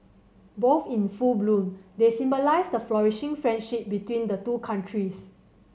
both in full bloom they symbolise the flourishing friendship between the two countries